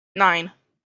nine